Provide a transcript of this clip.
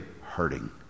hurting